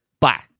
Bye